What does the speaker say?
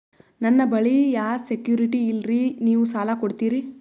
ನನ್ನ ಬಳಿ ಯಾ ಸೆಕ್ಯುರಿಟಿ ಇಲ್ರಿ ನೀವು ಸಾಲ ಕೊಡ್ತೀರಿ?